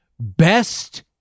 Best